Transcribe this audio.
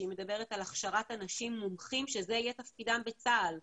שהיא מדברת על הכשרת אנשים מומחים שזה יהיה תפקידם בצה"ל.